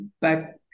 back